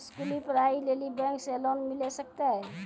स्कूली पढ़ाई लेली बैंक से लोन मिले सकते?